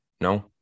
No